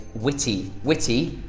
witty. witty.